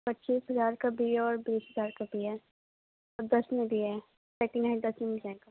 پچیس ہزار کا بھی ہے اور بیس ہزار کا بھی ہے اور دس میں بھی ہے سکنڈ ہینڈ دس میں مل جائے گا